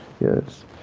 Yes